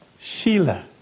Sheila